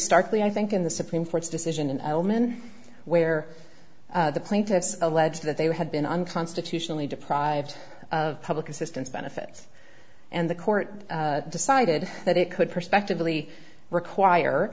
starkly i think in the supreme court's decision in elman where the plaintiffs allege that they had been unconstitutionally deprived of public assistance benefits and the court decided that it could prospectively require